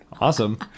awesome